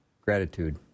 gratitude